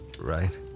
right